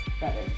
better